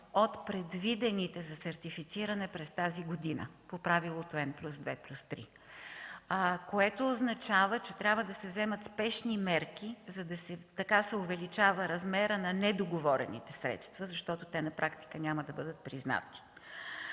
от предвидените за сертифициране през тази година по правилото „М+2+3”, което означава, че трябва да се вземат спешни мерки. Така се увеличава размерът на недоговорените средства, защото на практика те няма да бъдат признати.